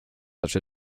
such